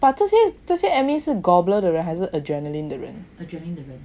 but 这些这些 admin 是 gobbler 的人还是 jaymin 的人